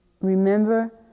Remember